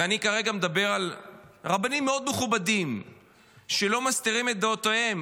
ואני כרגע מדבר על רבנים מאוד מכובדים שלא מסתירים את דעותיהם